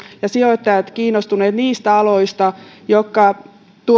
ja sijoittajat kiinnostuneet niistä aloista jotka